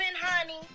honey